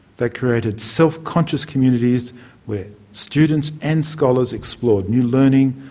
they created self-conscious communities where students and scholars explored new learning,